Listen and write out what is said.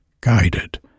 guided